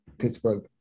Pittsburgh